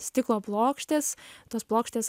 stiklo plokštės tos plokštės